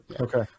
Okay